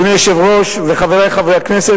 אדוני היושב-ראש וחברי חברי הכנסת,